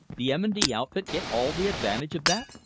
the m. and d. outfit get all the advantage of that.